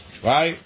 Right